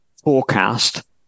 forecast